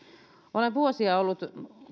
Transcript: olen vuosia ollut